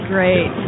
Great